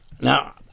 Now